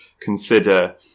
consider